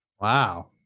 Wow